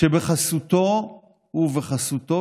שבחסותו ובחסותו